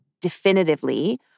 definitively